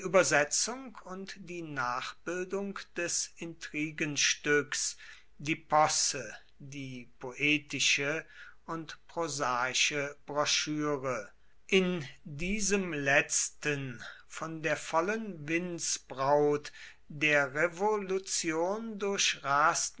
übersetzung und die nachbildung des intrigenstücks die posse die poetische und prosaische broschüre in diesem letzten von der vollen windsbraut der revolution